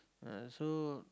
ah so